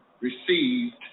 received